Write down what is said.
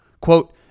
Quote